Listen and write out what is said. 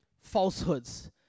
falsehoods